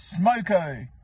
Smoko